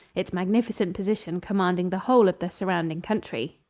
its magnificent position commanding the whole of the surrounding country.